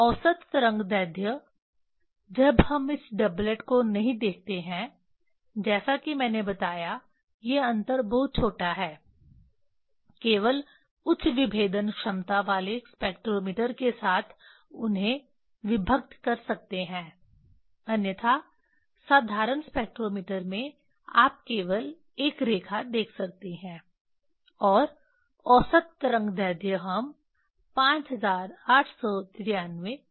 औसत तरंगदैर्ध्य जब हम इस डबलट को नहीं देखते हैं जैसा कि मैंने बताया कि ये अंतर बहुत छोटा है केवल उच्च विभेदन क्षमता वाले स्पेक्ट्रोमीटर के साथ उन्हें विभक्त कर सकते हैं अन्यथा साधारण स्पेक्ट्रोमीटर में आप केवल एक रेखा देख सकते हैं और औसत तरंगदैर्ध्य हम 5893 लेते हैं